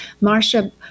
Marcia